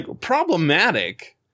problematic